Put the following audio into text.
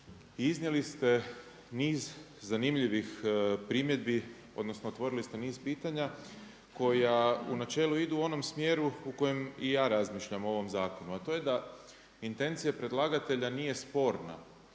iznijeli ste niz zanimljivih primjedbi odnosno otvorili ste niz pitanja koja u načelu idu u onom smjeru u kojem i ja razmišljam o ovom zakonu, a to je da intencija predlagatelja nije sporna